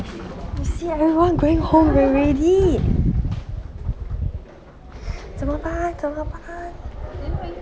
you see everyone going home already 怎么办怎么办